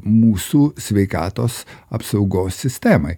mūsų sveikatos apsaugos sistemai